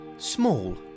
Small